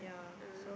ah